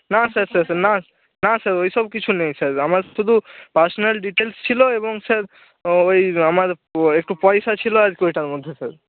না sir sir sir না না স্যার ওই সব কিছু নেই স্যার আমার শুধু পার্সোনাল ডিটেলস ছিল এবং স্যার ও ওই আমার একটু পয়সা ছিল আর কি ওইটার মধ্যে স্যার